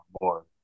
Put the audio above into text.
more